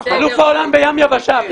אלוף העולם בים יבשה.